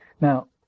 Now